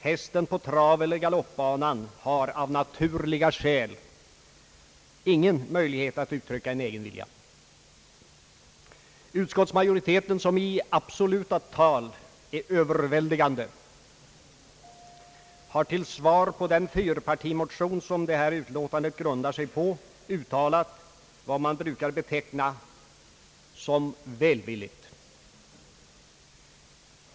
Hästen på traveller galoppbanan har av naturliga skäl ingen möjlighet att uttrycka en egen vilja. Utskottsmajoriteten, som i absoluta tal är överväldigande, har till svar på den fyrpartimotion som detta utlåtande grundar sig på uttalat vad man brukar beteckna såsom välvilja.